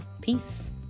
peace